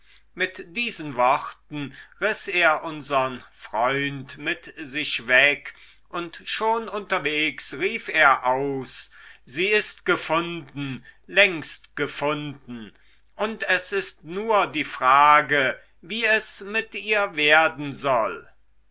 mit diesen worten riß er unsern freund mit sich weg und schon unterwegs rief er aus sie ist gefunden längst gefunden und es ist nur die frage wie es mit ihr werden soll